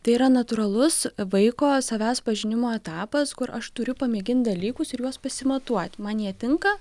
tai yra natūralus vaiko savęs pažinimo etapas kur aš turiu pamėgint dalykus ir juos pasimatuot man jie tinka